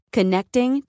Connecting